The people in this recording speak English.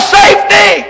safety